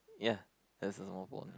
ya there's a small pond